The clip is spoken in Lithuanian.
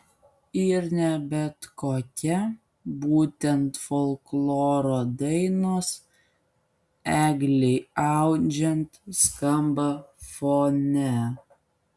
ir ne bet kokia būtent folkloro dainos eglei audžiant skamba fone